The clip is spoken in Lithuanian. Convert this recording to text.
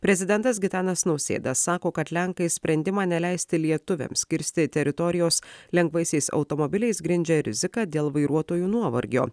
prezidentas gitanas nausėda sako kad lenkai sprendimą neleisti lietuviams kirsti teritorijos lengvaisiais automobiliais grindžia rizika dėl vairuotojų nuovargio